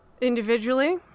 individually